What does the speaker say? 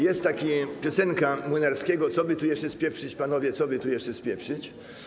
Jest taka piosenka Młynarskiego: ˝Co by tu jeszcze spieprzyć, panowie, co by tu jeszcze spieprzyć?